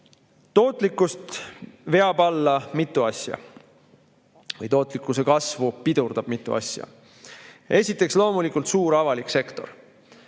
Tootlikkust veab alla või tootlikkuse kasvu pidurdab mitu asja. Esiteks loomulikult suur avalik sektor.